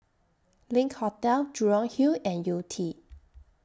LINK Hotel Jurong Hill and Yew Tee